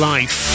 Life